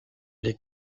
les